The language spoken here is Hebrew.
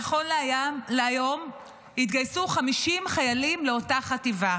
נכון להיום התגייסו 50 חיילים לאותה חטיבה.